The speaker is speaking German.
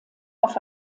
auf